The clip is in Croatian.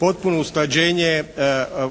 potpuno usklađenje